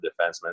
defenseman